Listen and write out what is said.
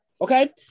okay